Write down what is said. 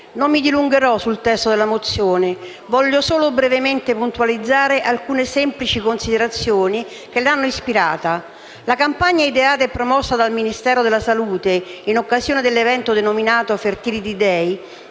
non mi dilungherò sul testo della mozione; voglio solo brevemente puntualizzare alcune semplici considerazioni che l'hanno ispirata. La campagna ideata e promossa dal Ministero della salute in occasione dell'evento denominato Fertility day